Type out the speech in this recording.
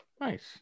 nice